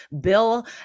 bill